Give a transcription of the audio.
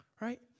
Right